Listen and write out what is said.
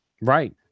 Right